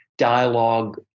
dialogue